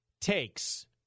takes